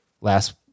last